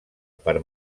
per